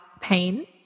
pain